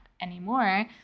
anymore